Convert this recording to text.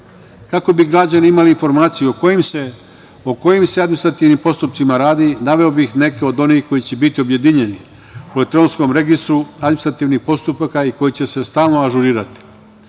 bi građani imali informaciju o kojim se administrativnim postupcima radi, naveo bih neke od onih koji će biti objedinjeni u elektronskom registru administrativnih postupaka i koji će se stalno ažurirati.